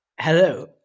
Hello